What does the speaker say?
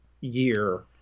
year